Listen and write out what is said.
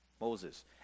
Moses